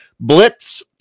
Blitz